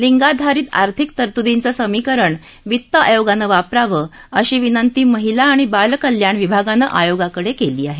लिंगाधारित आर्थिक तरतुदींचं समीकरण वित्त आयोगानं वापरावं अशी विनंती महिला आणि बालकल्याण विभागानं आयोगाकडे केली आहे